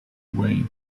way